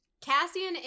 Cassian